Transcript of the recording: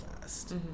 fast